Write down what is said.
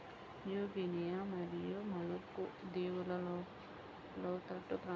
new Guinea మరియు Maluku దీవులలోని లోతట్టు ప్రాంతాల ప్రజలకు ఇది సాగో అనేది ప్రధానమైన ఆహారం